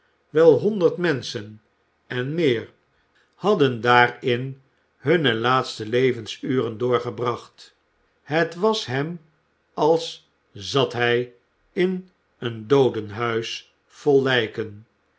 wel honderd menschen en meer hadden daarin hunne laatste levensuren doorgebracht het was hem als zat hij in een dbodenhuis vol lijken